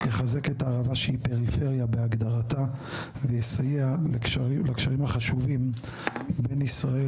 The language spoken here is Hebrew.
יחזק את הערבה שהיא פריפריה בהגדרתה ויסייע לקשרים החשובים בין ישראל